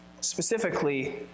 specifically